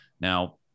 now